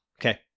Okay